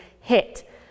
hit